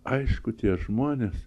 aišku tie žmonės